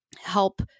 help